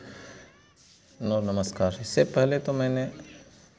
hello नमस्कार इससे पहले तो मैंने